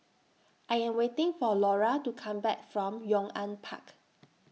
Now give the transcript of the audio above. I Am waiting For Laura to Come Back from Yong An Park